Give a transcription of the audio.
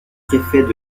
préfet